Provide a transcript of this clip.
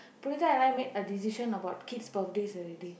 Punitha and I made a decision about kids' birthdays already